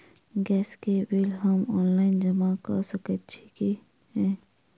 Gas केँ bill हम online जमा कऽ सकैत छी की नै?